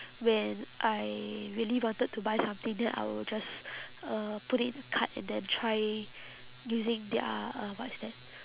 when I really wanted to buy something then I will just uh put it in cart and then try using their uh what is that